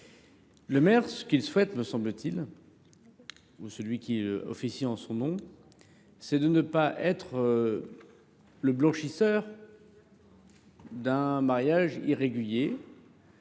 souhaite le maire, me semble t il, ou celui qui officie en son nom, c’est ne pas être le blanchisseur d’un mariage irrégulier.